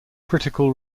critical